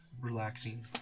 relaxing